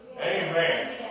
Amen